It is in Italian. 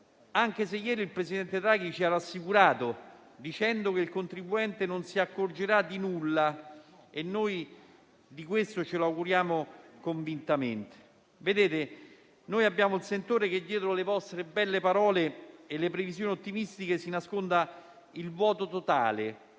anche se ieri il presidente Draghi ci ha rassicurato dicendo che il contribuente non si accorgerà di nulla. Ce lo auguriamo convintamente. Abbiamo sentore che dietro le vostre belle parole e previsioni ottimistiche si nasconda il vuoto totale.